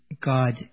God